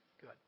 Good